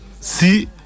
Si